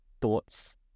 thoughts